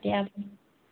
এতিয়া